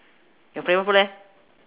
your favourite food leh